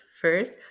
First